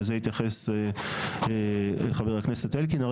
לזה התייחס חבר הכנסת אלקין,